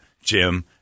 Jim